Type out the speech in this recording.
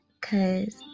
cause